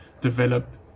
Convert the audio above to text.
develop